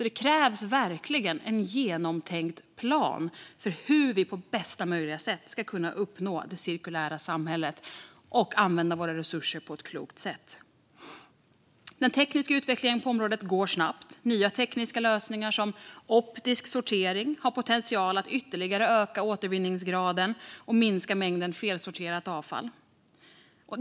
Det krävs verkligen en genomtänkt plan för hur vi på bästa möjliga sätt ska kunna uppnå det cirkulära samhället och använda våra resurser på ett klokt sätt. Den tekniska utvecklingen på området går snabbt. Nya tekniska lösningar som optisk sortering har potential att ytterligare öka återvinningsgraden och minska mängden felsorterat avfall.